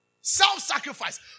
Self-sacrifice